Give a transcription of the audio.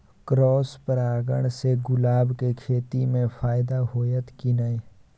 Cross परागण से गुलाब के खेती म फायदा होयत की नय?